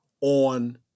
on